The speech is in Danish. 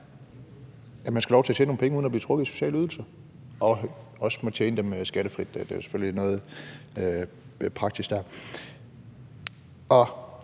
at man skal have lov til at tjene nogle penge uden at blive trukket i sociale ydelser – og også må tjene dem skattefrit. Der er selvfølgelig noget praktisk der. Og